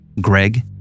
greg